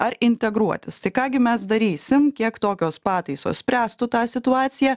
ar integruotis tai ką gi mes darysim kiek tokios pataisos spręstų tą situaciją